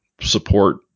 support